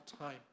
time